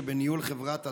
שבניהול חברת א.ד.נ.מ.